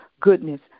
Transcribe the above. goodness